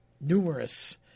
numerous